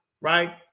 right